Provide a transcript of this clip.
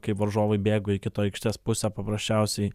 kai varžovai bėgo į kitą aikštės pusę paprasčiausiai